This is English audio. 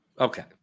Okay